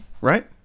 Right